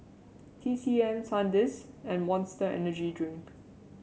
T C M Sandisk and Monster Energy Drink